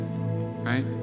Right